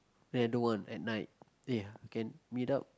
then another one at night eh can meet up